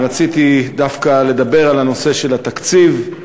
אני רציתי דווקא לדבר על הנושא של התקציב,